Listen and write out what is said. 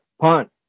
punt